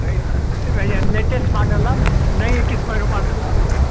ऐं इहा latest model आहे न नई क़िस्म जो माडल आहे न